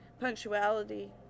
punctuality